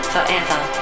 Forever